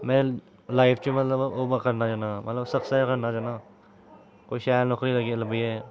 में लाइफ च मतलब ओह् करना चाह्न्नां मतलब सक्सेस करना चाह्न्नां कोई शैल जेही नौकरी लब्भी जाए